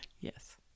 Yes